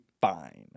fine